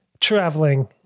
traveling